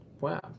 wow